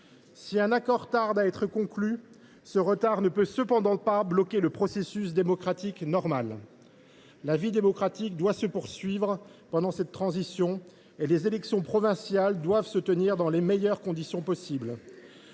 Si un accord tarde à être conclu, ce retard ne peut cependant pas bloquer le processus démocratique normal. La vie démocratique doit se poursuivre pendant cette transition et les élections provinciales doivent se tenir dans les meilleures conditions possible.